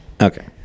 okay